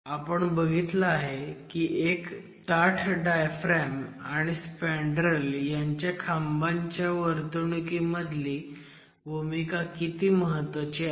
आपण बघितलं आहे की एक ताठ डायफ्रॅम आणि स्पॅन्डरेल ह्यांची खांबाच्या वर्तणुकीमधील भूमिका किती महत्वाची आहे